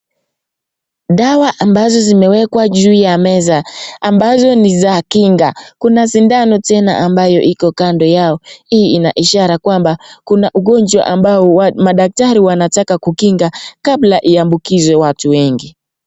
Dawa ambazo zimewekwa juu ya meza ambazo ni za kinga. Kuna sindano ambayo tena iko kando yao hii ina ishara kwamba kuna ugonjwa ambao madaktari wanataka kukinga iambukizwe watu wengi.